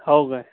हो काय